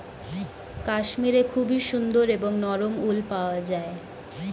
কাশ্মীরে খুবই সুন্দর এবং নরম উল পাওয়া যায়